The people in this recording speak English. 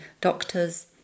doctors